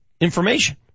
information